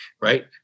right